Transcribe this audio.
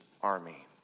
army